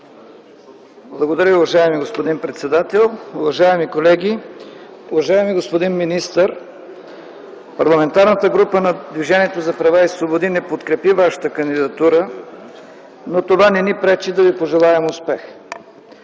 Благодаря, уважаеми господин председател. Уважаеми колеги! Уважаеми господин министър, Парламентарната група на Движението за права и свободи не подкрепи Вашата кандидатура, но това не ни пречи да Ви пожелаем успех!